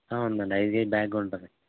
ఉందండి ఐదు KG bag ఉంటుంది